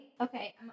Okay